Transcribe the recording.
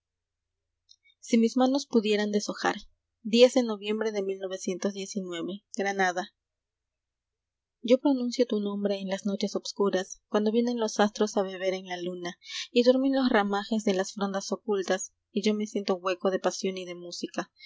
de noviem bre de iglg granada j y o pronuncio tu nombre en las noches obscuras cuando vienen los astros a beber en la luna y duermen los ramajes de las frondas ocultas y yo me siento hueco de pasión y de música